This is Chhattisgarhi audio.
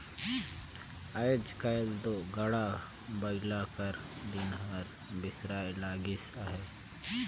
आएज काएल दो गाड़ा बइला कर दिन हर बिसराए लगिस अहे